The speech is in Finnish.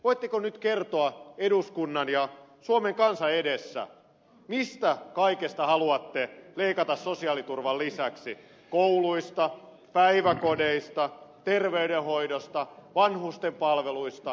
voitteko nyt kertoa eduskunnan ja suomen kansan edessä mistä kaikesta haluatte leikata sosiaaliturvan lisäksi kouluista päiväkodeista terveydenhoidosta vanhustenpalveluista